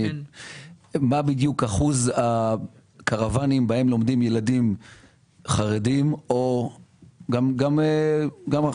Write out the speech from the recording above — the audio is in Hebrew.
מה בדיוק אחוז הקרוונים בהם לומדים ילדים חרדים או גם ערבים,